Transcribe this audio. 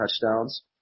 touchdowns